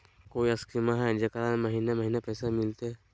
कोइ स्कीमा हय, जेकरा में महीने महीने पैसा मिलते?